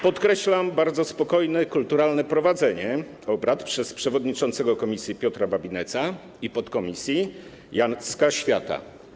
Podkreślam bardzo spokojne, kulturalne prowadzenie obrad przez przewodniczącego komisji Piotra Babinetza i podkomisji Jacka Świata.